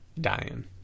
dying